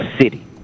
city